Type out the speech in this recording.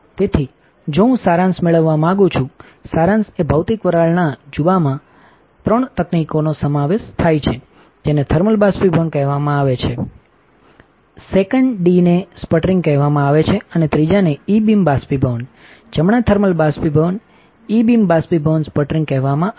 તેથી જો હું સારાંશ મેળવવા માંગું છું સારાંશ એ ભૌતિક વરાળના જુબામાં ત્રણ તકનીકોનો સમાવેશ થાય છે જેને થર્મલ બાષ્પીભવન કહેવામાં આવે છે સેકન ડીને સ્પટરિંગકહેવામાં આવે છે અને ત્રીજાને ઇ બીમ બાષ્પીભવન જમણા થર્મલ બાષ્પીભવન ઇ બીમ બાષ્પીભવન સ્પટરિંગ કહેવામાં આવે છે